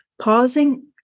pausing